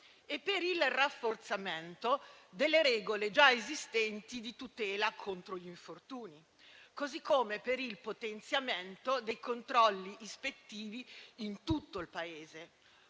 e per il rafforzamento delle regole - già esistenti - di tutela contro gli infortuni, così come per il potenziamento dei controlli ispettivi in tutto il Paese,